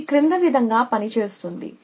ఇది క్రింది విధంగా పనిచేస్తుంది